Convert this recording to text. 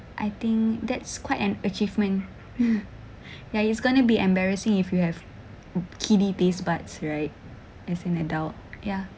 I think that's quite an achievement ya it's gonna be embarrassing if you have kiddy taste buds right as an adult ya